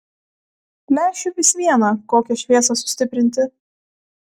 lęšiui vis viena kokią šviesą sustiprinti